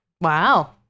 Wow